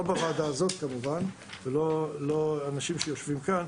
לא בוועדה הזאת כמובן ולא אנשים שיושבים כאן,